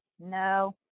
no